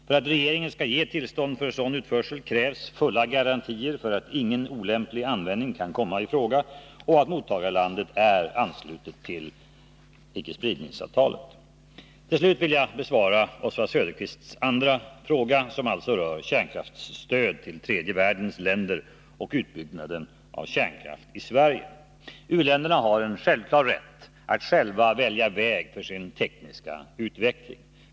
För att regeringen skall ge tillstånd för sådan utförsel krävs fulla garantier för att ingen olämplig användning kan komma i fråga och att mottagarlandet är anslutet till icke-spridningsavtalet. Till slut vill jag besvara Oswald Söderqvists andra fråga som alltså rör U-länderna har en självklar rätt att själva välja väg för sin tekniska utveckling.